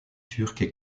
turques